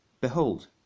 Behold